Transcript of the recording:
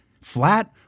flat